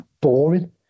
boring